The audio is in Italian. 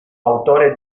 autore